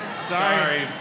Sorry